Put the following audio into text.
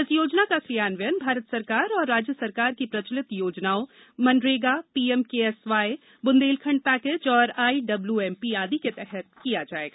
इस योजना का क्रियान्वयन भारत सरकार एवं राज्य सरकार की प्रचलित योजनाओं मनरेगा पीएमकेएसवाय बुन्देलखंड पैकेज एवं आईडब्ल्यूएमपी आदि के तहत किया जाएगा